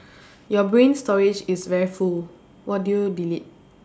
your brain storage is very full what do you delete